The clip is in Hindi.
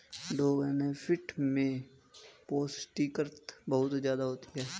ड्रैगनफ्रूट में पौष्टिकता बहुत ज्यादा होती है